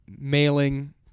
mailing